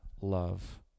love